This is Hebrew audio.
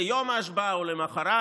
ביום ההשבעה או למוחרת,